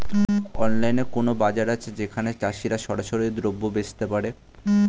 অনলাইনে কোনো বাজার আছে যেখানে চাষিরা সরাসরি দ্রব্য বেচতে পারে?